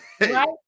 Right